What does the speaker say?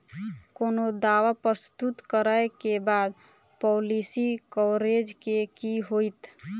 कोनो दावा प्रस्तुत करै केँ बाद पॉलिसी कवरेज केँ की होइत?